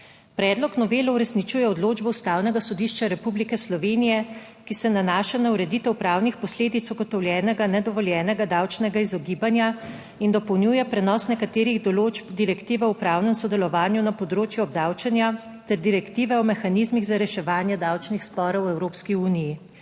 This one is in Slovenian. Predlog novele uresničuje odločbo Ustavnega sodišča Republike Slovenije, ki se nanaša na ureditev pravnih posledic ugotovljenega nedovoljenega davčnega izogibanja in dopolnjuje prenos nekaterih določb direktive o upravnem sodelovanju na področju obdavčenja ter direktive o mehanizmih za reševanje davčnih sporov v Evropski uniji.